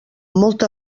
molta